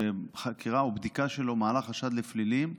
כשחקירה או בדיקה שלו מעלה חשד לפלילים,